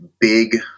big